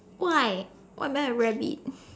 why why am I a rabbit